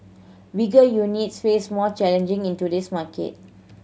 bigger units face more challenging in today's market